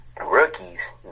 rookies